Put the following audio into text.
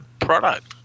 product